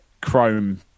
chrome